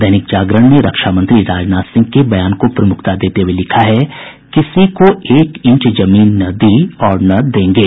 दैनिक जागरण ने रक्षा मंत्री राजनाथ सिंह के बयान को प्रमुखता देते हुये लिखा है किसी को एक इंच जमीन न दी और न देंगे